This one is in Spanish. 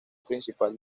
principal